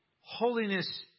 holiness